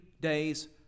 days